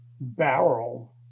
barrel